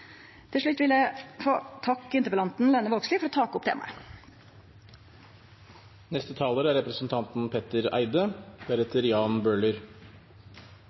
Til slutt vil eg få takke interpellanten Lene Vågslid for å ta opp temaet. Tusen takk til representanten